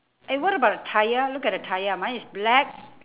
eh wait about the tyre look at the tyre mine is black